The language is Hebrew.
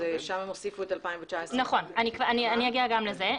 שם הם הוסיפו את 2019. נכון, אני אגיע גם לזה.